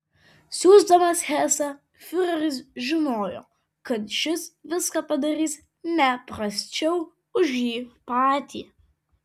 siųsdamas hesą fiureris žinojo kad šis viską padarys ne prasčiau už jį patį